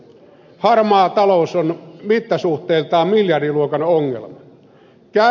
harmaa talous on mittasuhteiltaan miljardiluokan ongelma